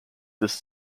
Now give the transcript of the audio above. this